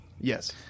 Yes